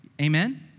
Amen